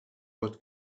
what